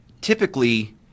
typically